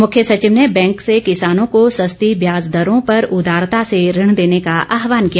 मुख्य सचिव ने बैंक से किसानों को सस्ती व्याज दरों पर उदारता से ऋण देने का आहवान किया